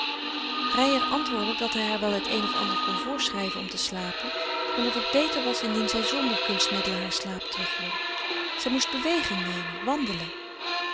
reijer antwoordde dat hij haar wel het een of ander kon voorschrijven om te slapen maar dat het beter was indien zij zonder kunstmiddelen haar slaap terugwon zij moest beweging nemen wandelen